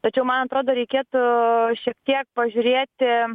tačiau man atrodo reikėtų šiek tiek pažiūrėti